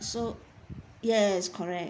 so yes correct